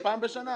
תעשה פעם בשנה.